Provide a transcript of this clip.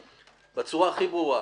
בצורה הכי ברורה,